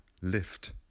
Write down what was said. lift